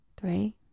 three